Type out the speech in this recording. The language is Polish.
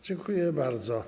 Dziękuję bardzo.